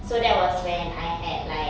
so that was when I had like